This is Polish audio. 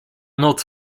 noc